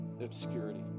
obscurity